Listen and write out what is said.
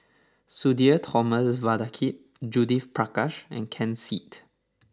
Sudhir Thomas Vadaketh Judith Prakash and Ken Seet